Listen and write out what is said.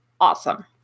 awesome